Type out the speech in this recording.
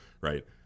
right